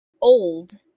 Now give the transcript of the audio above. old